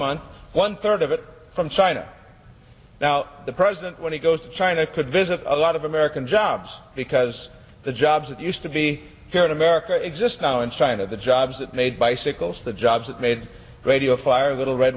month one third of it from china now the president when he goes to china could visit a lot of american jobs because the jobs that used to be here in america exist now in china the jobs that made bicycles the jobs that made radio fire little red